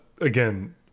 Again